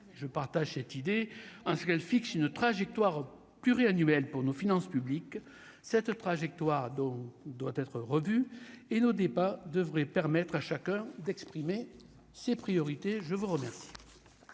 je partage cette idée hein, ce qu'elle fixe une trajectoire pluriannuelle pour nos finances publiques, cette trajectoire doit être revu et nos débats devraient permettre à chacun d'exprimer ses priorités, je vous remercie.